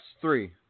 three